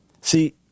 See